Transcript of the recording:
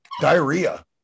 Diarrhea